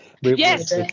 Yes